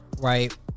right